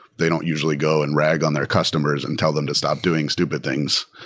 they don't usually go and rag on their customers and tell them to stop doing stupid things.